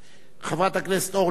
חברת הכנסת אורלי לוי,